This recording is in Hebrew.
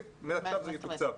מעכשיו זה יתוקצב.